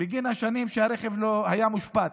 בגין השנים שהרכב היה מושבת.